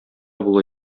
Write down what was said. була